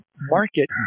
market